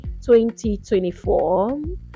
2024